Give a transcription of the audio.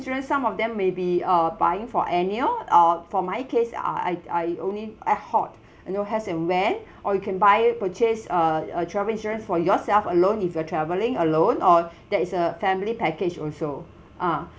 insurance some of them may be uh buying for annual uh for my case uh I I only ad-hoc you know has and when or you can buy purchase a a travel insurance for yourself alone if you are travelling alone or there is a family package also ah